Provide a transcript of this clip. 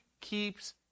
keeps